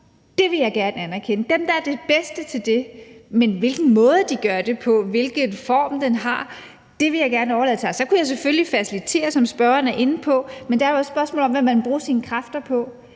Det vil jeg gerne anerkende, altså dem, der er det bedste til det, men hvilken måde de gør det på, hvilken form det har, vil jeg gerne overlade til andre. Så kunne jeg selvfølgelig facilitere, som spørgeren er inde på, men det er jo også et spørgsmål om, hvad man vil bruge sine kræfter på.